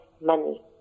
money